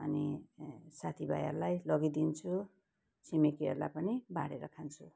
अनि साथीभाइहरूलाई लगिदिन्छु छिमेकीहरूलाई पनि बाँडेर खान्छु